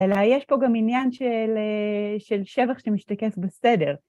אלא יש פה גם עניין של שבח שמשתקף בסדר.